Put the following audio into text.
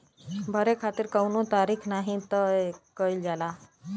भरे खातिर कउनो तारीख नाही तय कईल जाला